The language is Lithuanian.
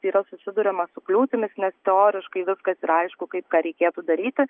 yra susiduriama su kliūtimis nes teoriškai viskas yra aišku kaip ką reikėtų daryti